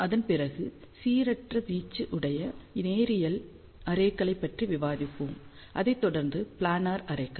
அதன் பிறகு சீரற்ற வீச்சு உடைய நேரியல் அரேகளைப் பற்றி விவாதிப்போம் அதைத் தொடர்ந்து பிளானர் அரேகள்